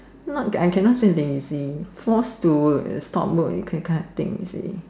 not that I can not say lazy forced to stop work you can kind of thing you see